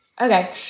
Okay